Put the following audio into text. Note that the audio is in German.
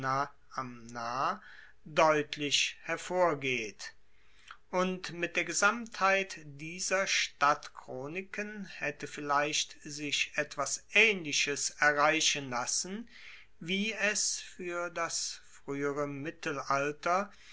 deutlich hervorgeht und mit der gesamtheit dieser stadtchroniken haette vielleicht sich etwas aehnliches erreichen lassen wie es fuer das fruehere mittelalter